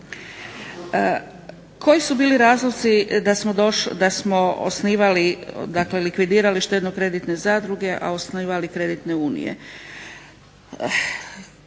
Koji su bili razlozi da smo likvidirali štedno-kreditne zadruge, a osnivali kreditne unije?